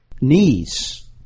knees